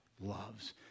loves